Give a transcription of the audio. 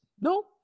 No